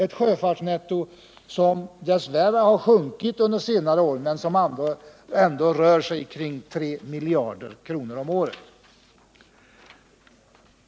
Tyvärr har detta sjunkit under senare år, men det rör sig ändå kring 3 miljarder om året.